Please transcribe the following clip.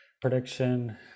prediction